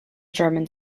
german